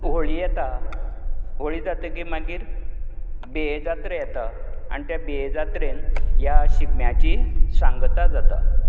होळी येता होळी जातगेर मागीर बिये जात्रा येता आनी ते बिये जात्रेन ह्या शिगम्याची सांगता जाता